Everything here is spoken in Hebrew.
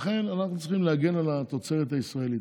לכן, אנחנו צריכים להגן על התוצרת הישראלית.